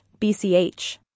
BCH